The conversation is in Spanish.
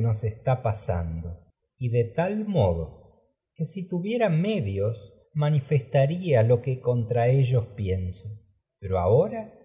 nos está pasando y de tal modo que si tuviera medios manifestaría lo que contra ellos pienso pero ahora